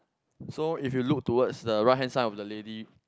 so if you look towards the right hand side of the lady